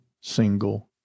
single